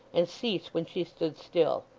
and cease when she stood still?